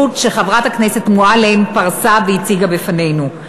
שחברת הכנסת מועלם פרסה והציגה בפנינו.